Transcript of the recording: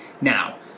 now